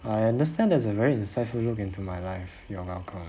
I understand there's a very insightful look into my life you are welcome